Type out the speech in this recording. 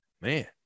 Man